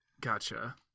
Gotcha